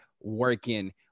working